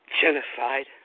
genocide